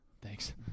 Thanks